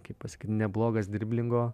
kaip pasakyt neblogas dirblingo